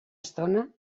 estona